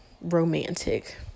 romantic